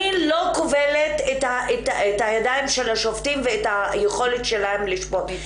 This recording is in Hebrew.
אני לא כובלת את הידיים של השופטים ואת היכולת שלהם לשפוט,